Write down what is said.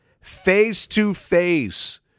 face-to-face